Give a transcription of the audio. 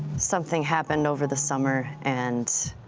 something happened over the summer, and